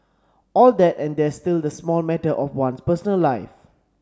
all that and there's still the small matter of one's personal life